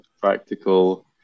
practical